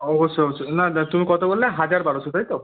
অবশ্যই অবশ্যই না দা তুমি কতো বললে হাজার বারোশো তাই তো